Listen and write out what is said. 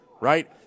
right